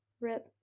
Rip